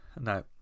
No